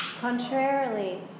Contrarily